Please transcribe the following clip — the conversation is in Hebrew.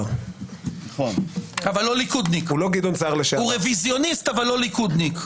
הוא רוויזיוניסט אבל לא ליכודניק.